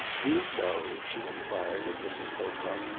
do you know, she enquired of mrs. pocock,